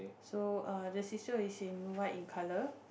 so err the seesaw is white in color